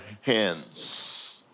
hands